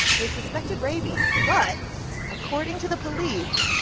they suspected rabies. but according to the police,